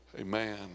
Amen